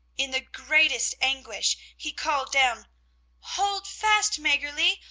in the greatest anguish he called down hold fast, maggerli,